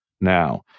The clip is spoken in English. now